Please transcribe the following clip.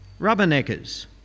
rubberneckers